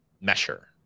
measure